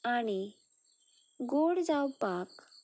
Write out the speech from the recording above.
आनी गोड जावपाक